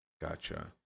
Gotcha